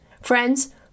Friends